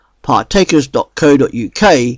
partakers.co.uk